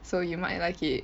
so you might like it